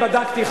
בדקתי,